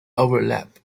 overlap